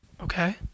Okay